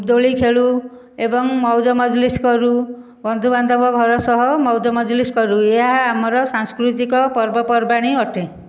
ଦୋଳି ଖେଳୁ ଏବଂ ମଉଜ ମଜଲିସ କରୁ ବନ୍ଧୁବାନ୍ଧବ ଘର ସହ ମଉଜ ମଜଲିସ କରୁ ଏହା ଆମର ସାଂସ୍କୃତିକ ପର୍ବପର୍ବାଣୀ ଅଟେ